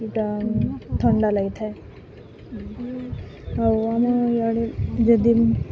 ଏଟା ଥଣ୍ଡା ଲାଗିଥାଏ ଆଉ ଆମେ ଇଆଡ଼େ ଯଦି